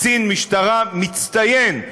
קצין משטרה מצטיין,